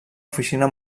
oficina